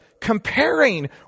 comparing